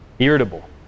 Irritable